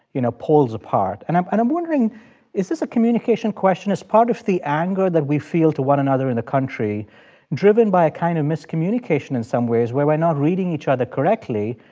you know, poles apart. and i'm and i'm wondering is this a communication question. is part of the anger that we feel to one another in the country driven by a kind of miscommunication in some ways, where we're not reading each other correctly,